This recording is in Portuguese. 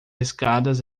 escadas